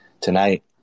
tonight